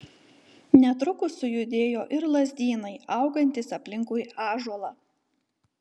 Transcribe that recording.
netrukus sujudėjo ir lazdynai augantys aplinkui ąžuolą